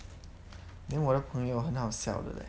then 我的朋友很好笑的 leh